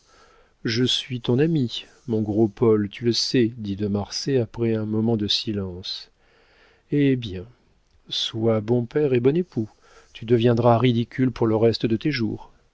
je suis ton ami mon gros paul tu le sais dit de marsay après un moment de silence eh bien sois bon père et bon époux tu deviendras ridicule pour le reste de tes jours